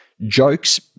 jokes